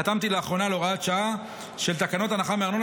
חתמתי לאחרונה על הוראת שעה של תקנות הנחה מארנונה,